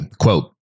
quote